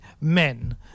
men